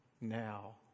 now